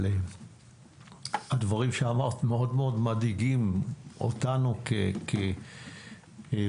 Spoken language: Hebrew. אבל הדברים שאמרת מאוד מאוד מדאיגים אותנו כוועדה,